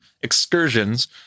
excursions